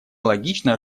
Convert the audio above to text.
логично